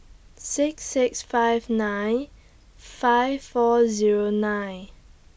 six six five nine five four Zero nine